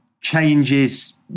changes